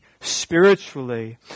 spiritually